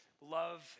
love